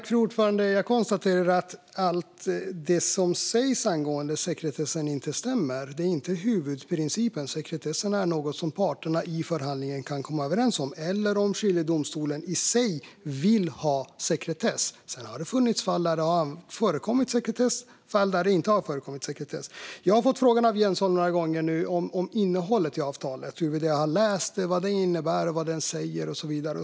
Fru talman! Jag konstaterar att det som sägs angående sekretessen inte stämmer. Det är inte huvudprincipen. Sekretessen är något som parterna i förhandlingen kan komma överens om eller om skiljedomstolen i sig vill ha sekretess. Sedan har det funnits fall där det har förekommit sekretess och fall där det inte har förekommit sekretess. Jag har nu några gånger fått frågan av Jens Holm om innehållet i avtalet, huruvida jag har läst det, vad det innebär och vad det säger och så vidare.